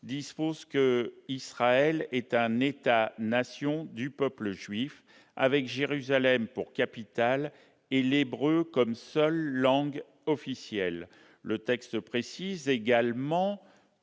dispose qu'Israël est « l'État-nation du peuple juif » avec Jérusalem pour capitale et l'hébreu comme seule langue officielle. Il précise également